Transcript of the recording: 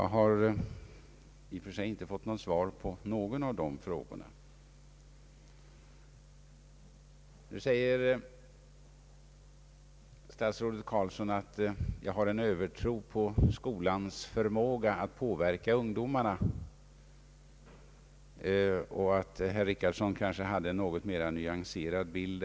Jag har dessvärre inte fått svar på någon av dessa frågor. Statsrådet Carlsson säger nu att jag har en övertro på skolans förmåga att påverka ungdomarna och att herr Richardson kanske hade en något mera nyanserad bild.